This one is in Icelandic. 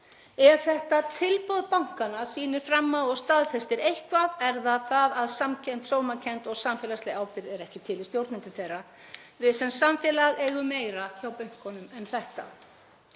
Ef þetta tilboð bankanna sýnir fram á og staðfestir eitthvað, er það það að samkennd, sómakennd og samfélagsleg ábyrgð er ekki til hjá stjórnendum þeirra. Við sem samfélag eigum meira inni hjá bönkunum en þetta.